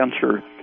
cancer